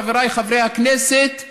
חבריי חברי הכנסת,